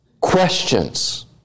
questions